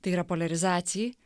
tai yra poliarizacijai